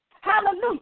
Hallelujah